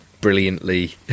Brilliantly